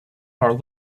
are